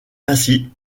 ainsi